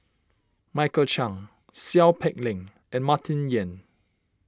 Michael Chiang Seow Peck Leng and Martin Yan